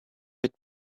bit